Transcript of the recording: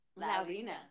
Laurina